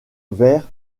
vers